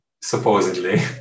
supposedly